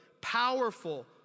powerful